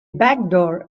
backdoor